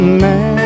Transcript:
man